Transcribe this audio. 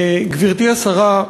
גברתי השרה,